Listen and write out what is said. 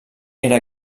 era